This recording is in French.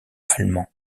allemands